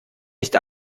nicht